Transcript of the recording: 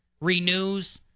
renews